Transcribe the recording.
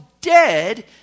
dead